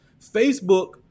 Facebook